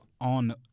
on